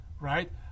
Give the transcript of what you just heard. right